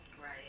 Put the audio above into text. right